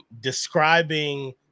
describing